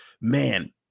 Man